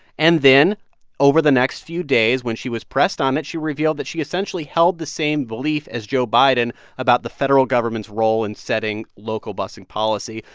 and then over the next few days, when she was pressed on it, she revealed that she essentially held the same belief as joe biden about the federal government's role in setting local bussing policy,